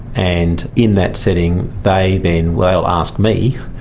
and in that setting they then will ask me,